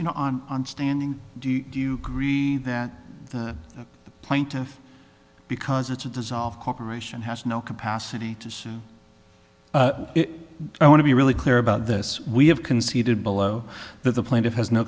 you know on on standing do you agree that the plaintiff because it's a dissolved corporation has no capacity i want to be really clear about this we have conceded below that the plaintiff has no